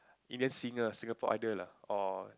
Indian singer Singapore Idol lah or